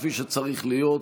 כפי שצריך להיות.